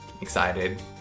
Excited